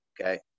Okay